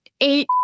eight